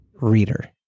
reader